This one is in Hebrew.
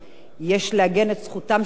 יש לעגן את זכותם של הילדים,